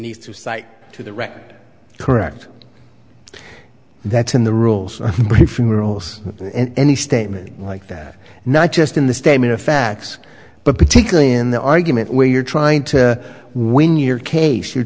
need to cite to the rect correct that's in the rules and briefing rules and any statement like that not just in the statement of facts but particularly in the argument where you're trying to win your case you